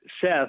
Seth